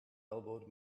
elbowed